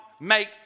make